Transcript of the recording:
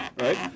right